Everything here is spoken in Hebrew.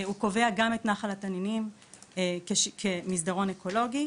הוא קובע גם את נחל התנינים כמסדרון אקולוגי.